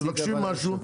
מבקשים משהו,